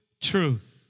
truth